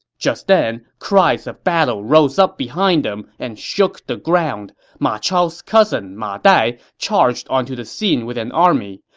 just then, cries of battle rose up behind them and shook the ground. ma chao's cousin ma dai charged onto the scene with an army.